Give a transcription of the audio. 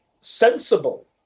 sensible